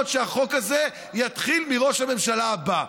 היית הגון לעשות שהחוק הזה יתחיל מראש הממשלה הבא.